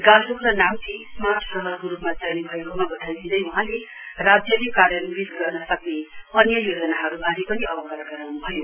गान्तोक र नाम्ची स्मार्ट शहरको रुपमा चयन भएकोमा वधाई दिँदै वहाँले राज्यले कार्यान्वित गर्न सक्ने अन्य योजनाहरुवारे पनि अवगत गराउन्भयो